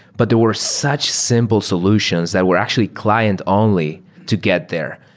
but there were such simple solutions that were actually client-only to get there.